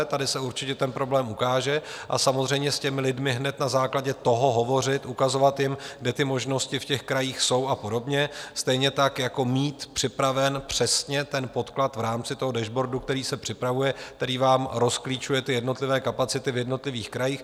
Tady se určitě ten problém ukáže, a samozřejmě, s těmi lidmi hned na základě toho hovořit, ukazovat jim, kde ty možnosti v krajích jsou a podobně, stejně tak jako mít připraven přesně podklad v rámci dashboardu, který se připravuje, který vám rozklíčuje jednotlivé kapacity v jednotlivých krajích.